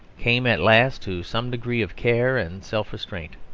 came at last to some degree of care and self-restraint.